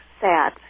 sad